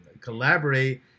collaborate